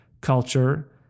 culture